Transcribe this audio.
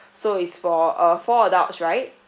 so it's for uh four adults right